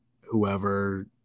whoever